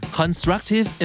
constructive